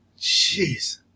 Jeez